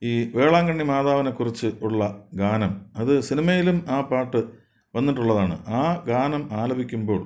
ഈ വേളാങ്കണ്ണി മാതാവിനെക്കുറിച്ച് ഉള്ള ഗാനം അത് സിനിമയിലും ആ പാട്ട് വന്നിട്ടുള്ളതാണ് ആ ഗാനം ആലപിക്കുമ്പോൾ